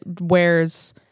wears